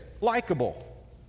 likable